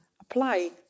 apply